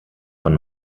von